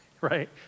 right